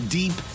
deep